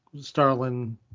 Starlin